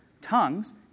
Tongues